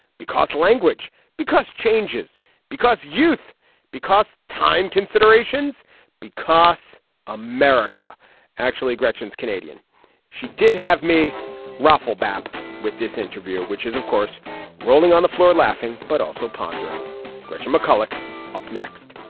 because language because changes because youth because time considerations because america actually gretchen's canadian she did have me ruffle bap with this interview which is of course rolling on the floor laughing but also pondering gretchen mcculloch up next